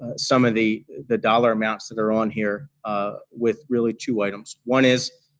ah some of the the dollar amounts that are on here ah with really two items. one is,